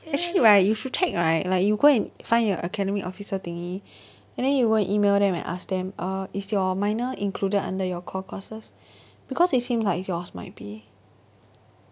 actually right you should check right like you go and find your academic officer thingy and then you go and email them and ask them err is your minor included under your core courses because it seems like yours might be